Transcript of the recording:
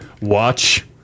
watch